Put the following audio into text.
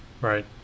Right